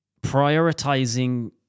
prioritizing